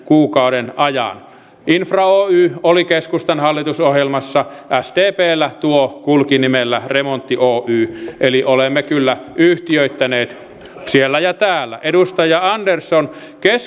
kuukauden ajan infra oy oli keskustan hallitusohjelmassa sdpllä tuo kulki nimellä remontti oy eli olemme kyllä yhtiöittäneet siellä ja täällä edustaja andersson